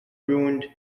ruined